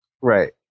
Right